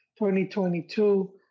2022